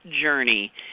journey